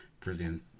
Brilliant